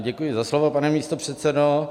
Děkuji za slovo, pane místopředsedo.